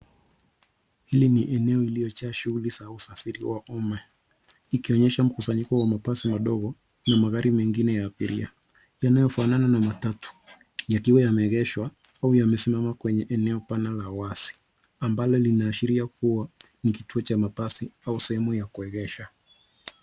Hili ni eneo iliyojaa shuguli za usafiri wa umma ikionyesha mkusanyiko wa mabasi madogo na magari mengine ya abiria yanayofanana na matatu yakiwa yameegsehwa au yamesimama kwenye maeneo pana la wazi ambal linaashiria kuwa ni kituo cha mabasi au sehemu ya kuegesha.